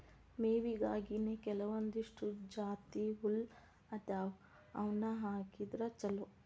ಮೇವಿಗಾಗಿನೇ ಕೆಲವಂದಿಷ್ಟು ಜಾತಿಹುಲ್ಲ ಅದಾವ ಅವ್ನಾ ಹಾಕಿದ್ರ ಚಲೋ